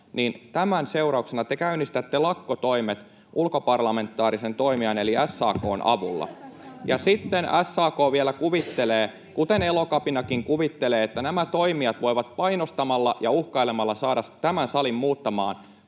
tämän seurauksena te käynnistätte lakkotoimet ulkoparlamentaarisen toimijan eli SAK:n avulla. [Aino-Kaisa Pekosen välihuuto] Ja sitten SAK vielä kuvittelee, kuten Elokapinakin kuvittelee, että he toimijoina voivat painostamalla ja uhkailemalla saada tämän salin muuttamaan